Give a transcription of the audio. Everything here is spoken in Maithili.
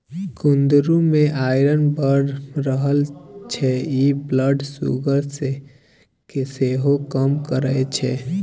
कुंदरु मे आइरन बड़ रहय छै इ ब्लड सुगर केँ सेहो कम करय छै